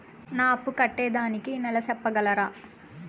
నా అప్పు కట్టేదానికి నెల సెప్పగలరా?